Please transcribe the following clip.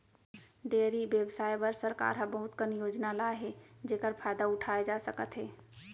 dairy बेवसाय बर सरकार ह बहुत कन योजना लाए हे जेकर फायदा उठाए जा सकत हे